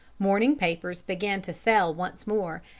morning papers began to sell once more,